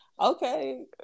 okay